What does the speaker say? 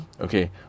Okay